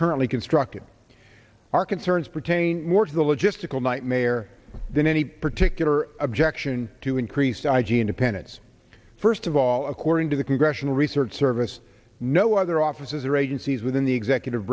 currently constructed our concerns pertain more to the logistical nightmare than any particular objection to increased i g independence first of all according to the congressional research service no other offices or agencies within the executive